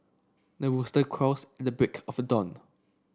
the rooster crows and the break of a dawn